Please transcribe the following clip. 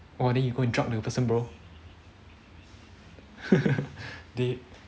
orh then you go and drug the person bro dead